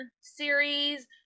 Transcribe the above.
series